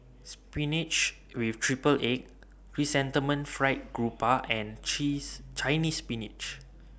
Spinach with Triple Egg Chrysanthemum Fried Garoupa and Cheese Chinese Spinach